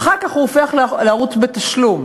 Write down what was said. ואחר כך הוא הופך לערוץ בתשלום,